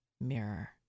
mirror